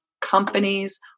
companies